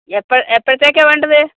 എപ്പം എപ്പഴത്തേക്കാണ് വേണ്ടത്